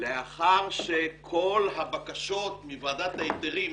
לאחר שכל הבקשות מוועדת ההיתרים,